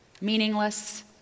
meaningless